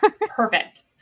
Perfect